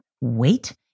wait